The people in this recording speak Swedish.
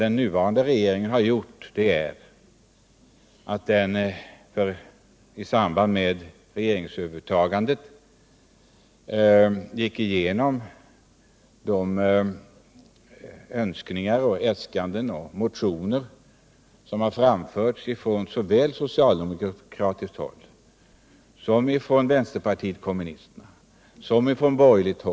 I samband med regeringsövertagandet gick den nuvarande regeringen igenom de önskningar, äskanden och motioner som framförts såväl från socialdemokraterna och vänsterpartiet kommunisterna som från borgerligt håll.